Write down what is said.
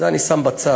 את זה אני שם בצד.